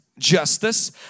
justice